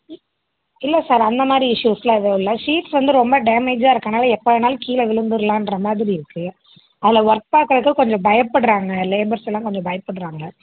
இ இல்லை சார் அந்தமாதிரி இஷ்யூஸெலாம் எதுவும் இல்லை ஷீட்ஸ் வந்து ரொம்ப டேமேஜாக இருக்கறனால எப்போ வேணாலும் கீழே விழுந்துர்லான்ற மாதிரி இருக்குது அதில் ஒர்க் பார்க்குறதுக்கு கொஞ்சம் பயப்பட்றாங்க லேபர்ஸ்ஸெல்லாம் கொஞ்சம் பயப்பட்றாங்க